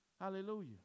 Hallelujah